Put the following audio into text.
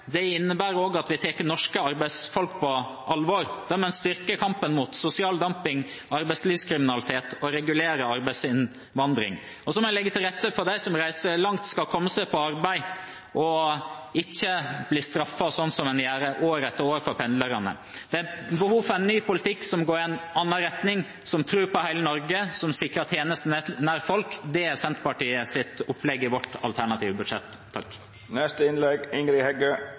Norge innebærer også at vi tar norske arbeidsfolk på alvor, der man styrker kampen mot sosial dumping, arbeidslivskriminalitet og regulerer arbeidsinnvandring. Man må også legge til rette for at de som reiser langt, skal komme seg på arbeid og ikke blir straffet, slik man gjør år etter år med pendlerne. Det er behov for en ny politikk som går i en annen retning, som tror på hele Norge, som sikrer tjenester nær folk. Det er Senterpartiets opplegg i vårt alternative budsjett.